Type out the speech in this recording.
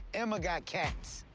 emma got cats,